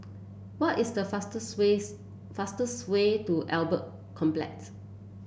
what is the fastest ways fastest way to Albert Complex